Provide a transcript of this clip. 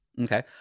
Okay